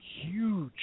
huge